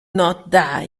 not